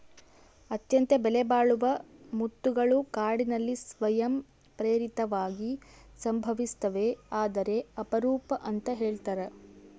ಅತ್ಯಂತ ಬೆಲೆಬಾಳುವ ಮುತ್ತುಗಳು ಕಾಡಿನಲ್ಲಿ ಸ್ವಯಂ ಪ್ರೇರಿತವಾಗಿ ಸಂಭವಿಸ್ತವೆ ಆದರೆ ಅಪರೂಪ ಅಂತ ಹೇಳ್ತರ